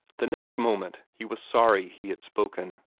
the next moment he was sorry he had spoken.